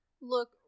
Look